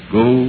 go